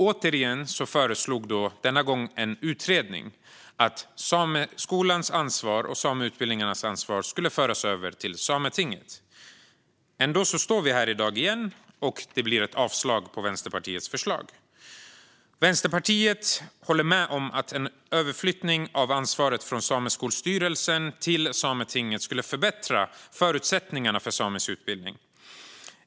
Återigen föreslogs, denna gång från en utredning, att sameskolans ansvar och sameutbildningarnas ansvar skulle föras över till Sametinget. Ändå står vi här i dag igen, och det kommer att bli ett avslag på Vänsterpartiets förslag. Vänsterpartiet håller med om att en överflyttning av ansvaret från Sameskolstyrelsen till Sametinget skulle förbättra förutsättningarna för samisk utbildning.